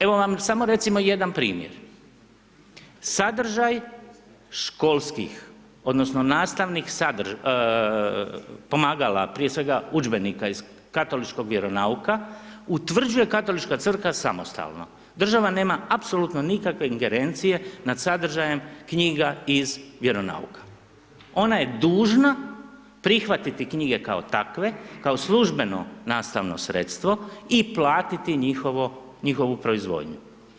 Evo vam samo recimo jedan primjer, sadržaj školskih odnosno nastavnih pomagala prije svega udžbenika iz katoličkog vjeronauka utvrđuje Katolička crkva samostalno, država nema apsolutno nikakve ingerencije nad sadržajem knjiga iz vjeronauka, ona je dužna prihvatiti knjige kao takve, kao službeno nastavno sredstvo i platiti njihovu proizvodnju.